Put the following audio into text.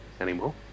anymore